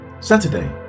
Saturday